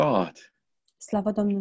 God